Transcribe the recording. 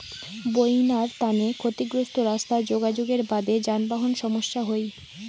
বইন্যার তানে ক্ষতিগ্রস্ত রাস্তা যোগাযোগের বাদে যানবাহন সমস্যা হই